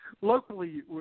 locally